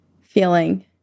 feeling